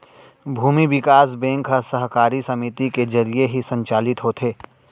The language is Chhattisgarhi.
भूमि बिकास बेंक ह सहकारी समिति के जरिये ही संचालित होथे